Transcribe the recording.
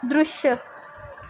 दृश्य